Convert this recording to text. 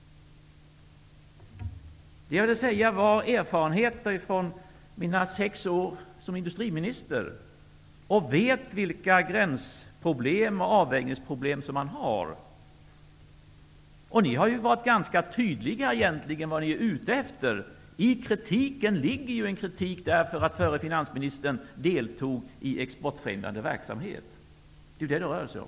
Jag har velat säga detta utifrån mina erfarenheter från mina sex år som industriminister. Jag vet vilka gränsdragnings och avvägningsproblem man har. Ni har varit ganska tydliga i att tala om vad ni egentligen är ute efter. I er kritik ligger en kritik för att den förre finansministern deltog i exportfrämjande verksamhet. Det är det som det handlar om.